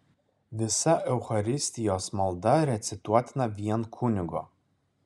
visa eucharistijos malda recituotina vien kunigo